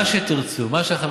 מה שתרצו, מה שהחברים